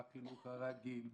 בחינוך הרגיל,